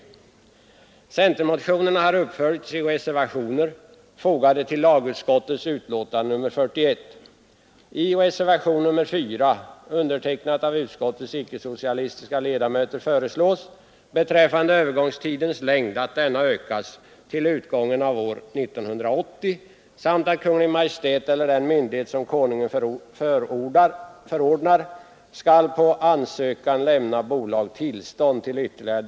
Centermotionen har följts upp i reservationer fogade till lagutskottets betänkande.